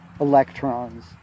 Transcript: electrons